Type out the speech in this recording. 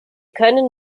können